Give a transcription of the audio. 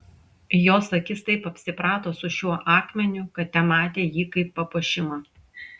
jos akis taip apsiprato su šiuo akmeniu kad tematė jį kaip papuošimą